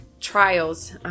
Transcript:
trials